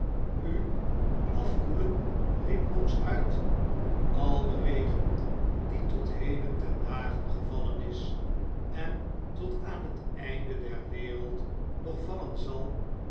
u afkoelen riep monks uit al de regen die tot heden ten dage gevallen is en tot aan het eind der wereld nog vallen zal